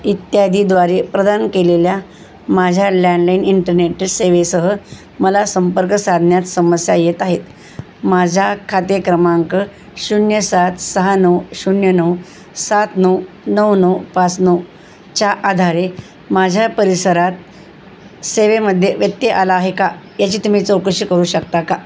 इत्यादीद्वारे प्रदान केलेल्या माझ्या लँडलाईन इंटरनेट सेवेसह मला संपर्क साधण्यात समस्या येत आहेत माझा खाते क्रमांक शून्य सात सहा नऊ शून्य नऊ सात नऊ नऊ नऊ पाच नऊच्या आधारे माझ्या परिसरात सेवेमध्ये व्यत्यय आला आहे का याची तुम्ही चौकशी करू शकता का